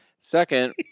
second